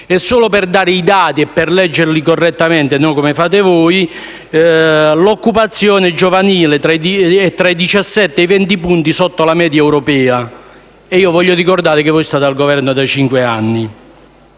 Solo per dare i dati e per leggerli correttamente (non come fate voi), l'occupazione giovanile è tra i 17 e i 20 punti sotto la media europea e - voglio ricordarlo - voi siete al Governo da cinque anni.